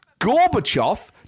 Gorbachev